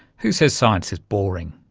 who says science is boring!